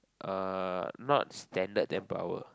uh not standard ten per hour